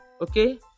okay